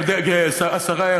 השרה,